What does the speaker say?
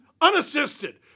unassisted